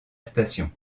station